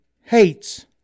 hates